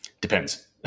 Depends